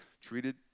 treated